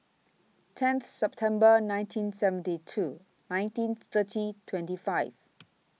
tenth September nineteen seventy two nineteen thirty twenty five